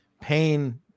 pain